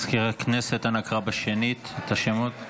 מזכיר הכנסת, אנא קרא את השמות שנית.